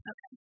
Okay